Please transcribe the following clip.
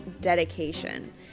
dedication